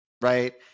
right